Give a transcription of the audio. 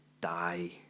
die